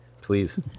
Please